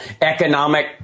economic